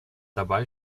dabei